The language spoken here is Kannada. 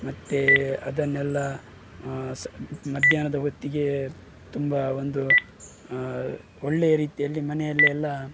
ಮತ್ತು ಅದನ್ನೆಲ್ಲ ಸ್ ಮಧ್ಯಾಹ್ನದ ಹೊತ್ತಿಗೆ ತುಂಬ ಒಂದು ಒಳ್ಳೆಯ ರೀತಿಯಲ್ಲಿ ಮನೆಯಲ್ಲೆಲ್ಲ